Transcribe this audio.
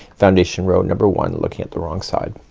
foundation row number one, looking at the wrong side.